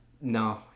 No